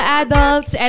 adults